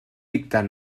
dictar